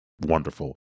wonderful